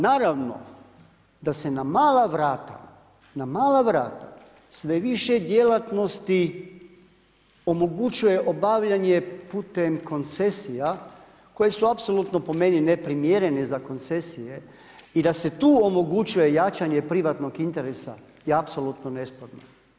Naravno da se na mala vrata, na mala vrata sve više djelatnosti omogućuje obavljanje putem koncesija koje su apsolutno po meni neprimjerene za koncesije i da se tu omogućuje jačanje privatnog interesa je apsolutno nesporno.